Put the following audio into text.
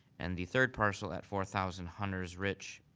and the third parcel at four thousand hunter's ridge,